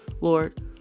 Lord